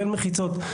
או כן יהיו מחיצות,